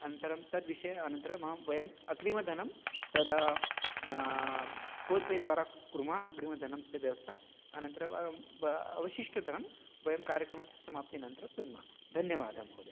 अनन्तरं तद्विषये अनन्तरमहं वयम् अग्रिमधनं तदा फ़ोन्पे द्वारा कुर्मः अग्रिमधनस्य व्यवस्था अनन्तरं अवशिष्टं धनं वयं कार्यक्रमस्य समाप्तिनन्तरं दद्मः धन्यवादः महोदय